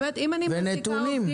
ונתונים.